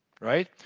right